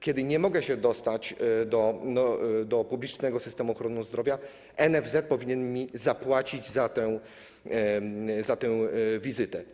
Kiedy nie mogę się dostać do publicznego systemu ochrony zdrowia, NFZ powinien mi zapłacić za tę wizytę.